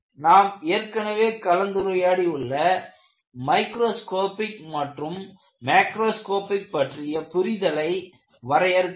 நாம் ஏற்கனவே கலந்துரையாடியுள்ள மைக்ரோஸ்கோப்பிக் மற்றும் மாக்ரோஸ்காபிக் பற்றிய புரிதலை வரையறுக்க வேண்டும்